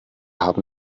haben